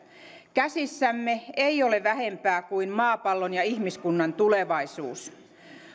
käsissämme ei ole vähempää kuin maapallon ja ihmiskunnan tulevaisuus